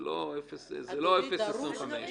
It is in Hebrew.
זה לא 0.25%. אדוני,